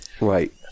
Right